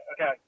okay